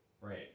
Right